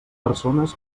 persones